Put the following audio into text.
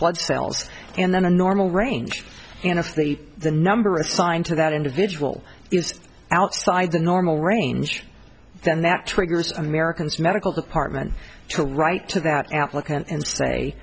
blood cells and then a normal range and if the the number assigned to that individual is outside the normal range then that triggers americans medical department to write to that applicant and say